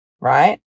right